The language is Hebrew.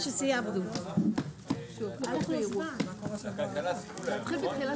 הישיבה ננעלה בשעה